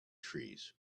trees